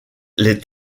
les